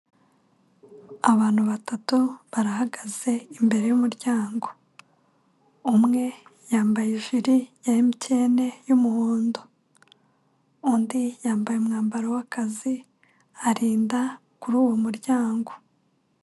Abantu batatu bahagaze imbere y'umuryango, umwe yambaye ijiri ya emutiyene y'umuhondo, undi yambaye umwambaro w'akazi arinda kuri uwo muryango.